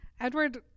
Edward